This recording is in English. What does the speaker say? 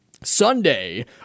Sunday